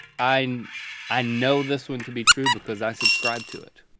i i know this one to be true, because i subscribe to it.